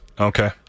Okay